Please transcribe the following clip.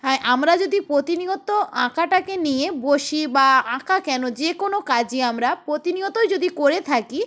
আর আমরা যদি প্রতিনিয়ত আঁকাটাকে নিয়ে বসি বা আঁকা কেন যে কোনো কাজই আমরা প্রতিনিয়তই যদি করে থাকি